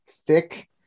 thick